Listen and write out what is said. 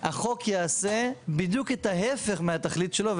החוק יעשה בדיוק את ההיפך מהתכלית שלו,